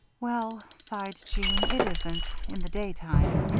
well, sighed jeanne, it isn't in the daytime.